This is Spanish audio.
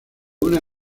una